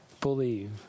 believe